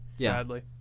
Sadly